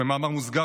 במאמר מוסגר,